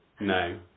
No